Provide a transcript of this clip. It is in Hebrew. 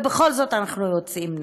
ובכל זאת אנחנו יוצאים נגד,